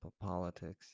politics